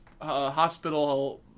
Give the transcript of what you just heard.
hospital